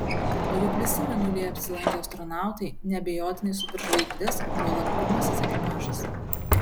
o juk visi mėnulyje apsilankę astronautai neabejotinai superžvaigždės juolab pirmasis ekipažas